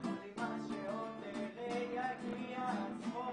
ממש מתבקש.